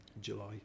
July